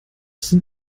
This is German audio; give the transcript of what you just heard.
sind